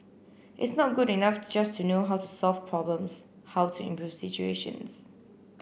it's not good enough just to know how to solve problems how to improve situations